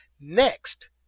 next